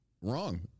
Wrong